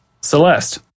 Celeste